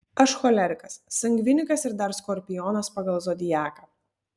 aš cholerikas sangvinikas ir dar skorpionas pagal zodiaką